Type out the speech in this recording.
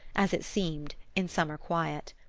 as it seemed, in summer quiet.